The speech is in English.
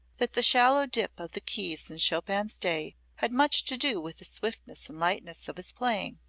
that the shallow dip of the keys in chopin's day had much to do with the swiftness and lightness of his playing.